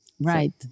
Right